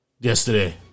Yesterday